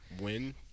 win